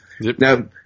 Now